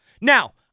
Now